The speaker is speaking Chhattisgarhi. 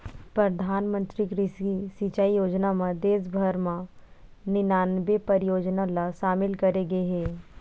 परधानमंतरी कृषि सिंचई योजना म देस भर म निनानबे परियोजना ल सामिल करे गे हे